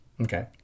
Okay